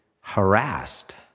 harassed